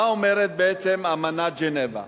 מה אומרת בעצם אמנת ז'נבה?